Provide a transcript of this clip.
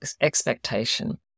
expectation